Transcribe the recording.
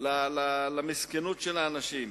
למסכנות של האנשים.